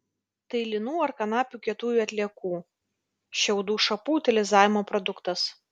tai linų ar kanapių kietųjų atliekų šiaudų šapų utilizavimo produktas